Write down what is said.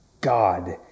God